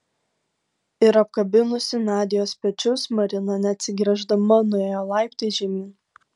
ir apkabinusi nadios pečius marina neatsigręždama nuėjo laiptais žemyn